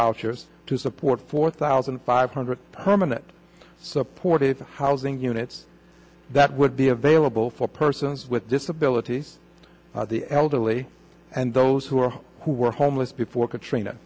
vouchers to support four thousand five hundred permanent supportive housing units that would be available for persons with disabilities the elderly and those who are who were homeless before katrina